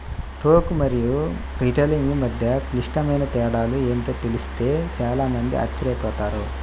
టోకు మరియు రిటైలింగ్ మధ్య క్లిష్టమైన తేడాలు ఏమిటో తెలిస్తే చాలా మంది ఆశ్చర్యపోతారు